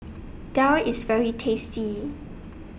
Daal IS very tasty